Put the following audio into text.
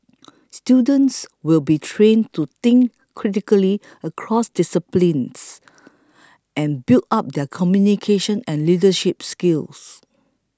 students will be trained to think critically across disciplines and build up their communication and leadership skills